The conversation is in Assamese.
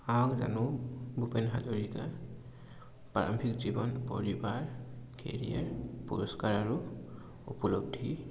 আহক জানো ভূপেন হাজৰিকা প্ৰাৰম্ভিক জীৱন পৰিবাৰ কেৰিয়াৰ পুৰস্কাৰ আৰু উপলব্ধি